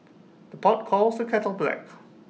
the pot calls the kettle black